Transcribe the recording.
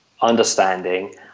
understanding